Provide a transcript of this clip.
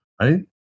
right